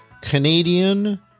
canadian